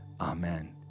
Amen